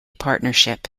partnership